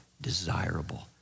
desirable